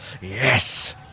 yes